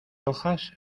hojas